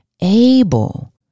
able